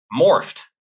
morphed